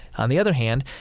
on the other hand,